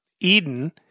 Eden